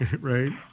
right